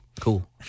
cool